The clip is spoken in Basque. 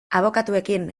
abokatuekin